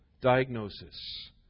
diagnosis